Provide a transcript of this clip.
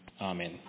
Amen